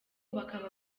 bakaba